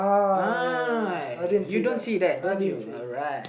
uh you don't see that don't you alright